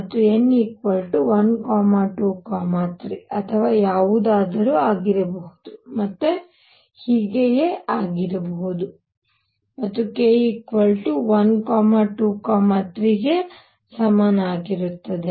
ಮತ್ತು n 1 2 3 ಅಥವಾ ಯಾವುದಾದರೂ ಆಗಿರಬಹುದು ಮತ್ತು ಹೀಗೆ ಆಗಿರಬಹುದು ಮತ್ತು k 1 2 3 ಗೆ ಸಮನಾಗಿರುತ್ತದೆ